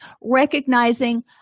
recognizing